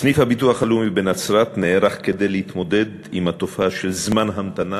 סניף הביטוח הלאומי בנצרת נערך כדי להתמודד עם התופעה של זמני המתנה